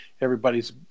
everybody's